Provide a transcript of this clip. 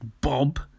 Bob